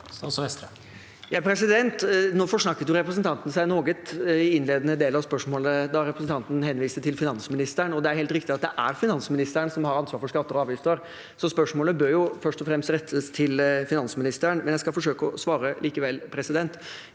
Nå for- snakket representanten seg noe i den innledende delen av spørsmålet da representanten henviste til finansministeren. Det er helt riktig at det er finansministeren som har ansvar for skatter og avgifter, så spørsmålet bør først og fremst rettes til finansministeren. Jeg skal forsøke å svare likevel. Regjeringen